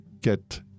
get